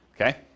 Okay